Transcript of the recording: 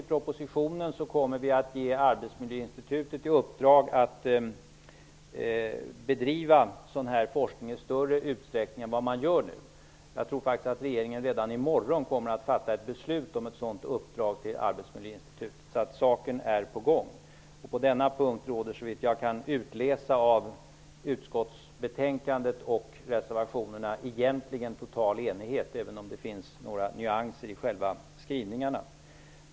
I propositionen nämns att Arbetsmiljöinstitutet skall få i uppdrag att bedriva en sådan forskning i större utsträckning än tidigare. Jag tror faktiskt att regeringen redan i morgon kommer att fatta ett beslut om ett sådant uppdrag till Arbetsmiljöinstitutet. Saken är på gång. På denna punkt råder såvitt jag kan utläsa av utskottsbetänkandet och reservationerna egentligen total enighet, även om det finns nyanser i skrivningarna.